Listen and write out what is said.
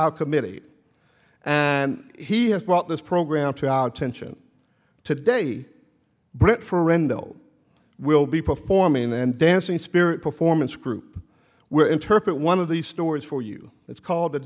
our committee and he has brought this program to our tension today brett for rendel will be performing and dancing spirit performance group where interpret one of these stories for you it's called